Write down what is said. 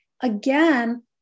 Again